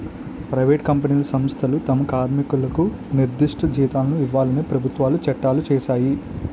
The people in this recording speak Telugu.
ప్రైవేటు కంపెనీలు సంస్థలు తమ కార్మికులకు నిర్దిష్ట జీతాలను ఇవ్వాలని ప్రభుత్వాలు చట్టాలు చేశాయి